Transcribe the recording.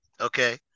Okay